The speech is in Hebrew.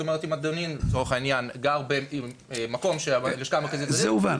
זאת אומרת אם אדוני גר במקום --- קיבלתי 87. זה מובן.